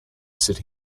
city